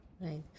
Right